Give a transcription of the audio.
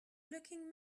looking